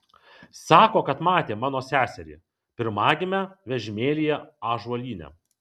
sako kad matė mano seserį pirmagimę vežimėlyje ąžuolyne